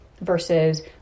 versus